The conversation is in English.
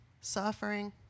suffering